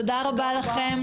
תודה רבה לכם.